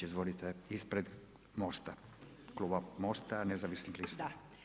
Izvolite ispred MOST-a, kluba MOST-a nezavisnih lista.